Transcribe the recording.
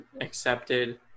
accepted